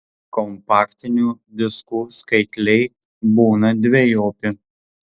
kompaktinių diskų skaitliai būna dvejopi